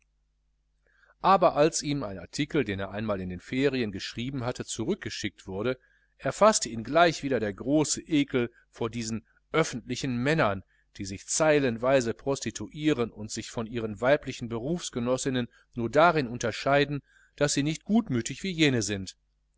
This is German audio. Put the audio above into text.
aber als ihm ein artikel den er einmal in den ferien geschrieben hatte zurückgeschickt wurde erfaßte ihn gleich wieder der große ekel vor diesen öffentlichen männern die sich zeilenweise prostituieren und sich von ihren weiblichen berufsgenossinnen nur dadurch unterscheiden daß sie nicht gutmütig wie jene sind